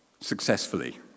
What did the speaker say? successfully